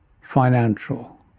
financial